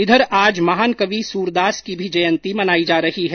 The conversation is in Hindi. इधर आज मंहान कवि सूरदास की भी जयंती मनाई जा रही है